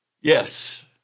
Yes